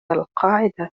القاعدة